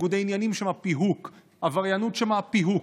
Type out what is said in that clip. ניגודי העניינים שם, פיהוק, עבריינות שם, פיהוק.